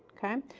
okay?